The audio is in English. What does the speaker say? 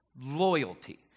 loyalty